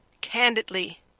candidly